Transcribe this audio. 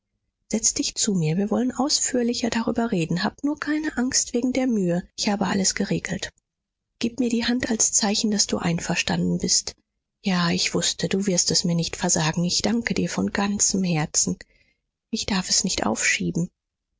setz dich zu mir wir wollen ausführlicher darüber reden hab nur keine angst wegen der mühe ich habe alles geregelt gib mir die hand als zeichen daß du einverstanden bist ja ich wußte du wirst es mir nicht versagen ich danke dir von ganzem herzen ich darf es nicht aufschieben